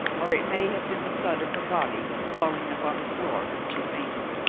or it may have been the thud of her body falling upon the floor when she fainted.